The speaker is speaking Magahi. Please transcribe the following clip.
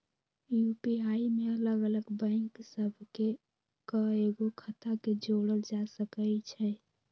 यू.पी.आई में अलग अलग बैंक सभ के कएगो खता के जोड़ल जा सकइ छै